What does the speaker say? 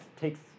takes